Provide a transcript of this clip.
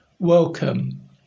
welcome